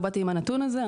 לא באתי עם הנתון הזה,